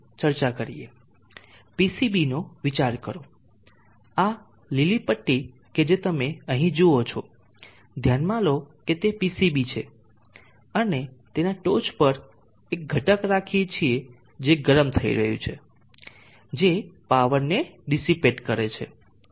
PCB નો વિચાર કરો આ લીલી પટ્ટી કે જે તમે અહીં જુઓ છો ધ્યાનમાં લો કે તે PCB છે અને તેના ટોચ પર એક ઘટક રાખીએ જે ગરમ થઈ રહ્યું છે જે પાવરને ડીસીપેટ કરે છે